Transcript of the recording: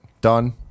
Done